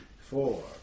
four